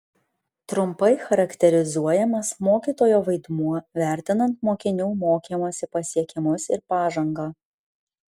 trumpai charakterizuojamas mokytojo vaidmuo vertinant mokinių mokymosi pasiekimus ir pažangą